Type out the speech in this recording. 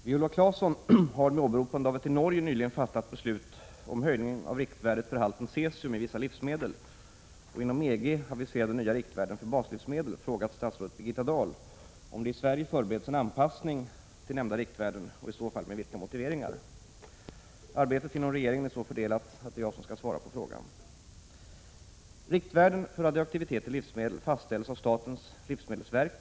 Herr talman! Viola Claesson har med åberopande av ett i Norge nyligen fattat beslut om höjning av riktvärdet för halten cesium i vissa livsmedel och inom EG aviserade nya riktvärden för baslivsmedel frågat statsrådet Birgitta Dahl om det i Sverige förbereds en anpassning till nämnda riktvärden och i så fall med vilka motiveringar. Arbetet inom regeringen är så fördelat att det är jag som skall svara på frågan. Riktvärden för radioaktivitet i livsmedel fastställs av statens livsmedelsverk